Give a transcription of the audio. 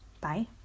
Bye